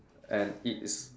and it is